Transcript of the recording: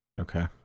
Okay